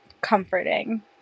comforting